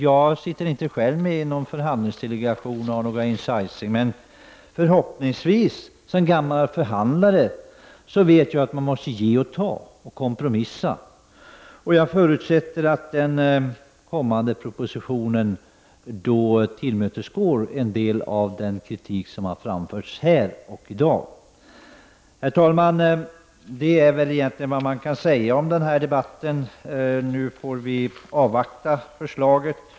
Jag ingår inte själv i någon förhandlingsdelegation och har inte någon inside information. Som gammal förhandlare vet jag dock att man måste ge och ta samt kompromissa. Jag förutsätter att man i den kommande propositionen tar hänsyn till en del av den kritik som har framförts här i dag. Herr talman! Det är i stort sett vad som kan sägas om denna debatt. Nu återstår att avvakta förslaget.